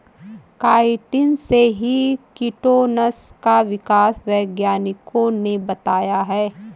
chitin से ही chitosan का विकास वैज्ञानिकों ने बताया है